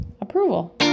approval